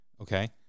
okay